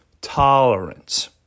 Tolerance